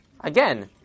again